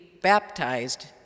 baptized